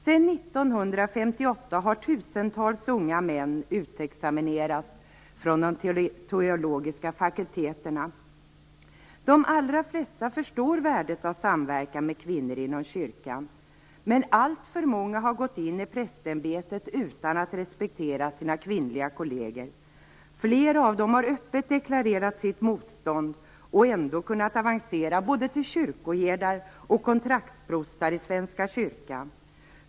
Sedan 1958 har tusentals unga män utexaminerats från de teologiska fakulteterna. De allra flesta förstår värdet av samverkan med kvinnor inom kyrkan, men alltför många har gått in i prästämbetet utan att respektera sina kvinnliga kolleger. Flera av dem har öppet deklarerat sitt motstånd och ändå kunnat avancera både till kyrkoherdar och till kontraktsprostar i Svenska kyrkan.